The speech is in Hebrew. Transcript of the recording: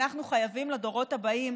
אנחנו חייבים לדורות הבאים,